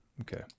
okay